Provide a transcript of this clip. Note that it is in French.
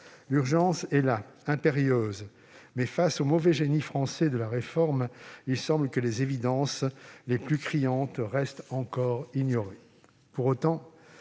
L'urgence est là, impérieuse. Mais avec le mauvais génie français de la réforme, il semble que les évidences les plus criantes restent encore ignorées